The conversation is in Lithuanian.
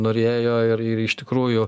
norėjo ir ir iš tikrųjų